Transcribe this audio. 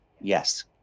yes